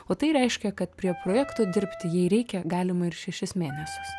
o tai reiškia kad prie projekto dirbti jei reikia galima ir šešis mėnesius